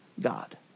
God